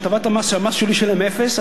שהמס השולי שלהם הוא אפס,